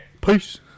Peace